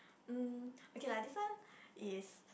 um okay lah this one is